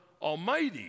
almighty